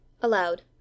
aloud